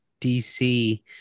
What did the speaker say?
DC